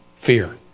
fear